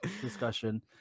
discussion